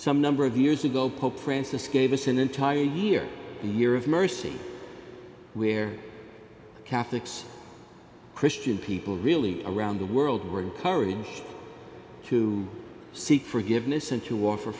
some number of years ago pope francis gave us an entire year a year of mercy where catholics christian people really around the world were encouraged to seek forgiveness and to offer